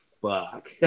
fuck